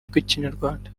rw’ikinyarwanda